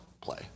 play